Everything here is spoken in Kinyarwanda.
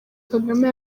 kagame